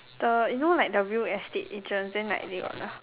the you know like the real estate agent then like they got the